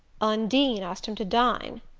undine asked him to dine?